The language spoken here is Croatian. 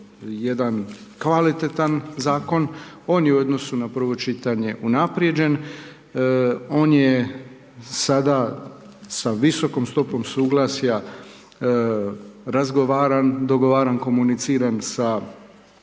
jedan kvalitetan zakon, on je u odnosu na prvo čitanje, unaprijeđenoj, on je sada sa visokom stopom suglasja, razgovoran, dogovaran, komuniciran sa